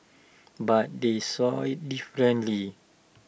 but they saw IT differently